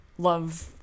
love